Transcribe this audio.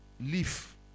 live